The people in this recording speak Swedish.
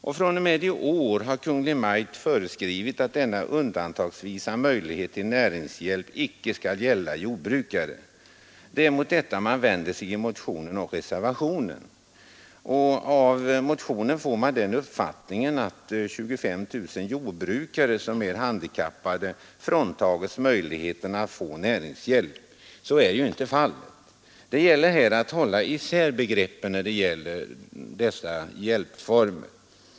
Kungl. Maj:t har föreskrivit att denna undantagsvisa möjlighet till näringshjälp fr.o.m. innevarande budgetår inte skall gälla jordbrukare. Det är mot detta motionären och reservanterna vänder sig. Av motionen får man den uppfattningen att 25 000 jordbrukare, som är handikappade, fråntas möjligheten att få näringshjälp. Så är inte fallet. Det gäller att hålla isär begreppen när det gäller dessa hjälpformer.